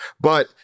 But-